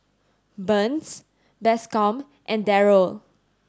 Burns Bascom and Darrell